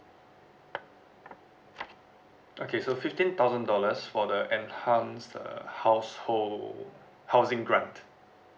okay so fifteen thousand dollars for the enhanced uh household housing grant